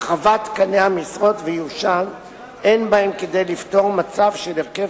הרחבת תקני המשרות ואיושן אין בהם כדי לסגור מצב של הרכב